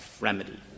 remedy